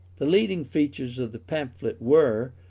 the leading features of the pamphlet were,